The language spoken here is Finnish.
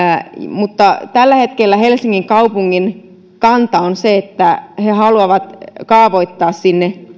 tällä hetkellä helsingin kaupungin kanta on se että he haluavat kaavoittaa sinne